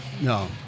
No